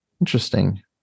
Interesting